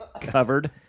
covered